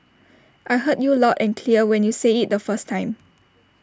I heard you loud and clear when you said IT the first time